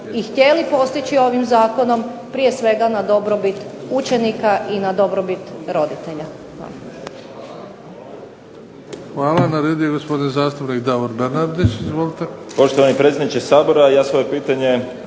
i htjeli postići ovim Zakonom prije svega na dobrobit učenika i na dobrobit roditelja.